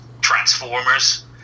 transformers